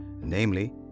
namely